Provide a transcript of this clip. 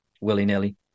willy-nilly